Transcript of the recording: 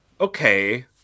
okay